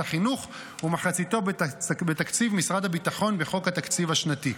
החינוך ומחציתו בתקציב משרד הביטחון בחוק התקציב השנתי.